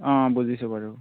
অঁ বুজিছো বাৰু